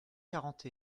quarante